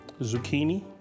Zucchini